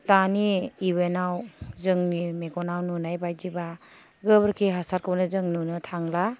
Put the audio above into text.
दानि समाव जोंनि मेगनाव नुनाय बायदिब्ला गोबोरखि हासारखौनो जों नुनो थांला